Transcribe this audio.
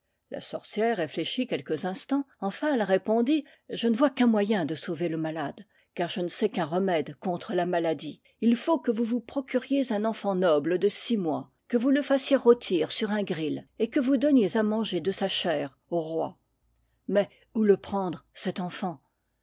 la sorcière réfléchit quelques instants enfin elle répondit je ne vois qu'un moyen de sauver le malade car je ne sais qu'un remède contre la maladie il faut que vous vous procuriez un enfant noble de six mois que vous le fas siez rôtir sur un gril et que vous donniez à manger de sa chair au roi mais où le prendre cet enfant